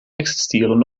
existieren